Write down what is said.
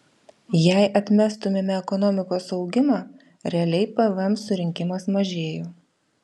jei atmestumėme ekonomikos augimą realiai pvm surinkimas mažėjo